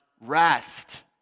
rest